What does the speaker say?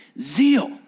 Zeal